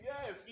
Yes